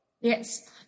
Yes